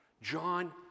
John